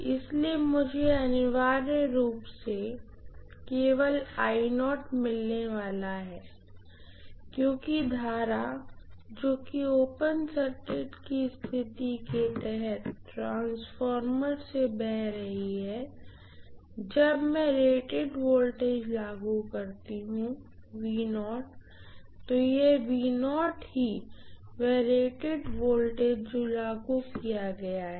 इसलिए मुझे अनिवार्य रूप से केवल मिलने वाला है क्योंकि करंट जो कि ओपन सर्किट की स्थिति के तहत ट्रांसफार्मर से बह रहा है जब मैं रेटेड वोल्टेज लागू करती हूँ तो ही वह रेटेड वोल्टेज जो लागू किया गया है